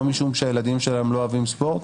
לא משום שהילדים שלהם לא אוהבים ספורט,